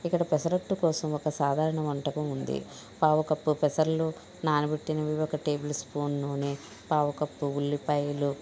ఇక్కడ పెసరట్టు కోసం ఒక సాధారణ వంటకం ఉంది పావుకప్పు పెసర్లు నానబెట్టినవి ఒక టేబుల్ స్పూన్ నూనె పావు కప్పు ఉల్లిపాయలు